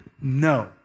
no